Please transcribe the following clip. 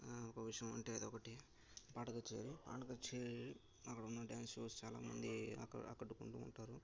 ఒక విషయం అంటే అదొకటి పాట కచేరి పాట కచేరి అక్కడ ఉన్న డ్యాన్స్ షోస్ చాలామంది అక్కడ అక్కడ కూడుకుంటారు